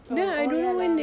oh oh ya lah